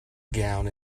gown